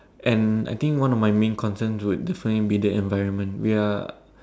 and I think one of my main concerns would definitely be the environment we are